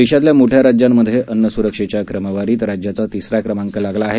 देशातल्या मोठ्या राज्यांमध्ये अन्न सुरक्षेच्या क्रमवारीत राज्याचा तिसरा क्रमांक लागला आहे